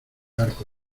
arco